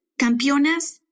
campeonas